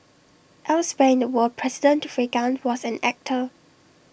elsewhere in the world president Reagan was an actor